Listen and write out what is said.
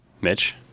Mitch